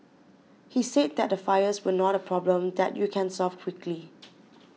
he said that the fires were not a problem that you can solve quickly